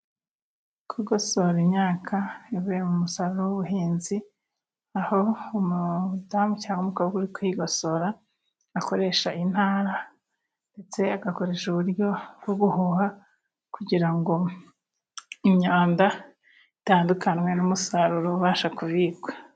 Kugosora imyaka ivuye mu musaruro w'ubuhinzi， aho umudamu cyangwa umukobwa uri kuyigosora， akoresha intara ndetse agakoresha uburyo bwo guhuha，kugira ngo imyanda itandukanwe n'umusaruro ubasha kubikwa.